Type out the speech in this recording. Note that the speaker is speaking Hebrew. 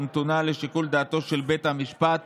ונתונה לשיקול דעתו של בית המשפט